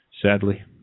Sadly